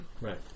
Right